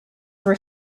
were